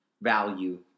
value